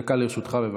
דקה לרשותך, בבקשה.